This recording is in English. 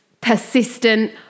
persistent